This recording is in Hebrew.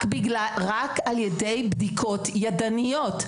רק על ידי בדיקות ידניות.